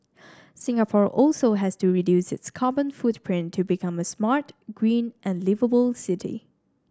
Singapore also has to reduce its carbon footprint to become a smart green and liveable city